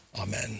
Amen